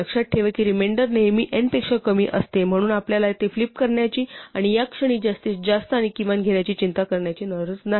लक्षात ठेवा की रिमेंडर नेहमी n पेक्षा कमी असते म्हणून आपल्याला ते फ्लिप करण्याची आणि या क्षणी जास्तीत जास्त आणि किमान घेण्याची चिंता करण्याची गरज नाही